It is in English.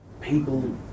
people